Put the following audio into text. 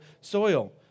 soil